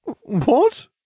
What